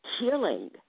healing